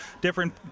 different